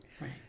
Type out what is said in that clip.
Right